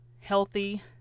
healthy